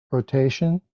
rotation